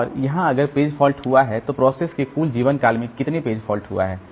और यहां अगर पेज फॉल्ट हुआ है तो प्रोसेस के कुल जीवनकाल में कितने पेज फॉल्ट हुआ है